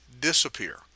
disappear